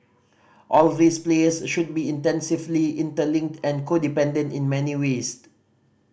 all these players should be intensively interlinked and codependent in many ways